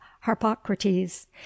harpocrates